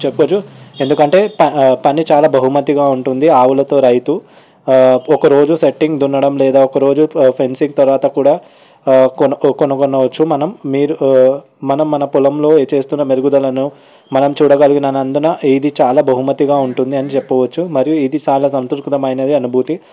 చెప్పుకోచ్చు ఎందుకంటే పని చాలా బహుమతిగా ఉంటుంది ఆవులతో రైతు ఒక రోజు సెట్టింగ్ దున్నడం లేదా ఒక రోజు ఫెన్సింగ్ తర్వాత కూడా కొనగొ కొనగొనవచ్చు మనం మీరు మనం మన పొలంలో చేస్తున్న మెరుగుదలను మనం చూడగలిగిననందున ఇది చాలా బహుమతిగా ఉంటుంది అని చెప్పవచ్చు మరియు ఇది చాలా సంతృప్తికరమైన అనుభూతి